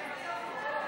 התשע"ח 2018, נתקבל.